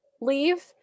leave